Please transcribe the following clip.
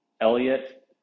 Elliot